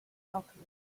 alchemists